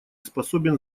способен